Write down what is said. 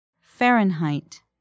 Fahrenheit